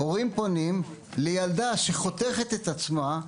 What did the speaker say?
אנחנו הוזמנו מהעמותה לתת שם הרצאה.